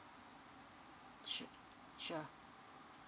sure sure